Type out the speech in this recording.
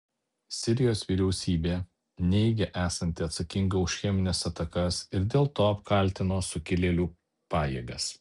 sirijos vyriausybė neigia esanti atsakinga už chemines atakas ir dėl to apkaltino sukilėlių pajėgas